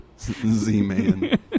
Z-Man